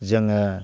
जोङो